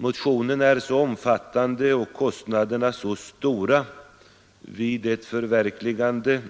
Motionen är så omfattande och kostnaderna så stora vid ett förverkligande